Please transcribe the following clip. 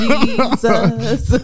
Jesus